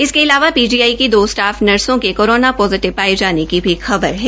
इसके अलावा पीजीआई की दो स्टाफ नर्सो के कोरोना पोजिटिव पाये जाने की भी खबर है